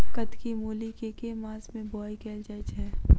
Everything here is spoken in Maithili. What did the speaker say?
कत्की मूली केँ के मास मे बोवाई कैल जाएँ छैय?